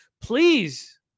please